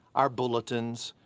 our bulletins.